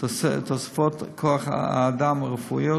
תוספות כוח-אדם רפואי,